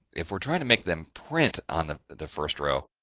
if we're trying to make them print on the the first row,